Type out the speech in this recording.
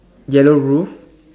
yellow roof